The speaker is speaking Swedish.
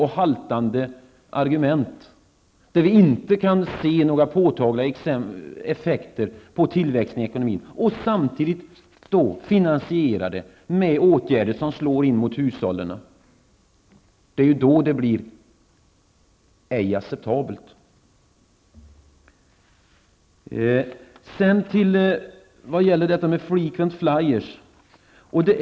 Och man kan inte se några påtagliga effekter på tillväxten i ekonomin. Samtidigt finansieras det med åtgärder som slår mot hushållen. Det är då det blir oacceptabelt. Jag vill även säga något om frequent flyerrabatterna.